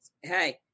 hey